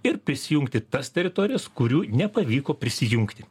ir prisijungti tas teritorijas kurių nepavyko prisijungti